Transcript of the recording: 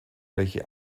welche